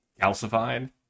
calcified